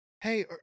Hey